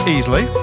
Easily